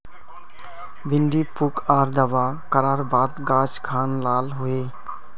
भिन्डी पुक आर दावा करार बात गाज खान लाल होए?